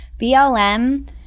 BLM